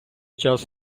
час